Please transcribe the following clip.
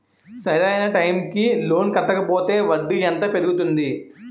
సరి అయినా టైం కి లోన్ కట్టకపోతే వడ్డీ ఎంత పెరుగుతుంది?